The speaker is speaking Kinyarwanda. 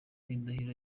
indahiro